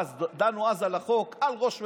דנו אז על החוק על ראש ממשלה.